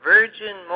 Virgin